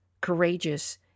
courageous